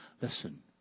listen